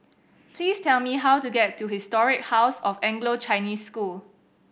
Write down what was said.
please tell me how to get to Historic House of Anglo Chinese School